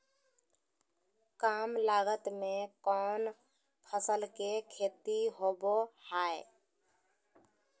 काम लागत में कौन फसल के खेती होबो हाय?